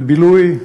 לבילוי,